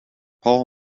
paul